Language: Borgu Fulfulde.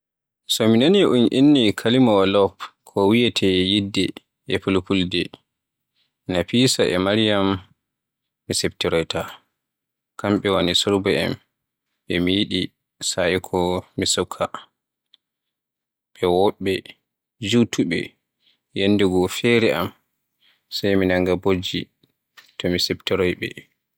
So mi nani un inni kalimaawa love ko wiyeete "yidde" e Fulfulde, Nafisa e Maryam mi siftoroyta, kamɓe woni surba en ɓe mi yiɗi sa'i ko mi suuka, ɓe woɓɓe, jutuɓe. Yanndegoo fere am sai mi nanga bojji to mi siftoroy ɓe.